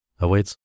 awaits